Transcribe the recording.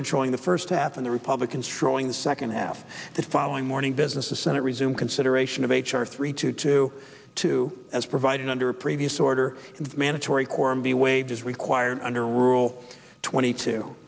controlling the first half of the republican strolling the second half the following morning business the senate resumed consideration of h r three two two two as provided under a previous order mandatory quorum be waived as required under rule twenty two